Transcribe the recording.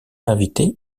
invité